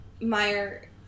Meyer